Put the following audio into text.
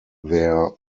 their